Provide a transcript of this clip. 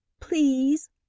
Please